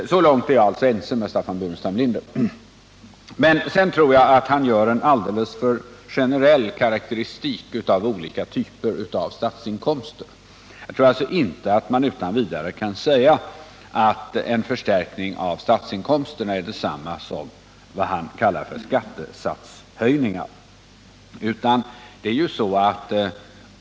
Så långt är jag alltså ense med Staffan Burenstam Linder. Men sedan ger Staffan Burenstam Linder en enligt min mening alldeles för generell karakteristik av olika typer av statsinkomster. Jag tror alltså inte att man utan vidare kan säga att en förstärkning av statsinkomsterna är detsamma som vad han kallar för skattesatshöjning.